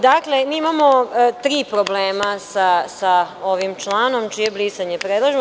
Dakle, mi imamo tri problema sa ovim članom čije brisanje predlažemo.